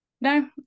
No